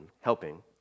helping